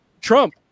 trump